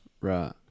Right